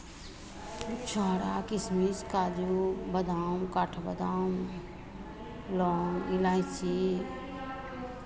छुहारा किशमिश काजू बादाम काठ बादाम लौंग इलायची